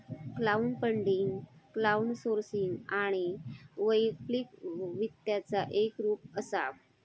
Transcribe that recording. crowdfunding crowdsourcing आणि वैकल्पिक वित्ताचा एक रूप असा